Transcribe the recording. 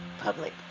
public